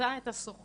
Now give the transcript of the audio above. תמצא את הסוחר,